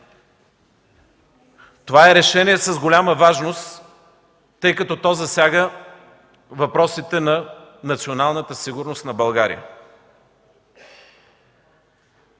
Това е решение с голяма важност, тъй като то засяга въпросите на националната сигурност на България.